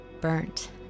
Burnt